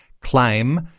claim